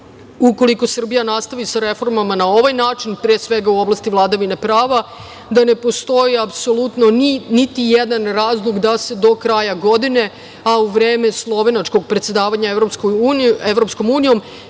ukoliko Srbija nastavi sa reformama na ovaj način, pre svega u oblasti vladavine prava, da ne postoji apsolutno niti jedan razlog da se do kraja godine, a u vreme slovenačkog predsedavanja EU, ne